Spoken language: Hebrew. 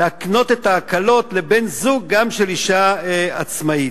להקנות את ההקלות גם לבן-זוג של אשה עצמאית.